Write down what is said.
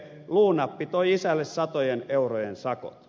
luunappi toi isälle satojen eurojen sakot